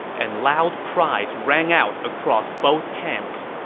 and loud cries rang out across both camps.